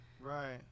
right